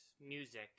music –